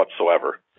whatsoever